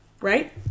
right